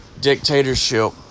dictatorship